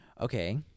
Okay